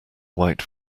white